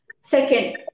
Second